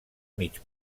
mig